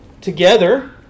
together